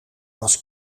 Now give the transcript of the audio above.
was